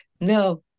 no